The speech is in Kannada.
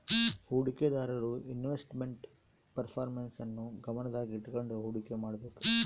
ಹೂಡಿಕೆದಾರರು ಇನ್ವೆಸ್ಟ್ ಮೆಂಟ್ ಪರ್ಪರ್ಮೆನ್ಸ್ ನ್ನು ಗಮನದಾಗ ಇಟ್ಕಂಡು ಹುಡಿಕೆ ಮಾಡ್ಬೇಕು